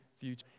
future